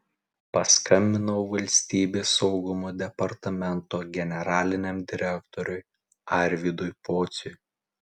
paskambinau valstybės saugumo departamento generaliniam direktoriui arvydui pociui